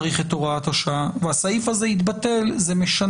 עכשיו אנחנו יוצרים הוראה שהיא הוראה כללית שהיא גוברת על שני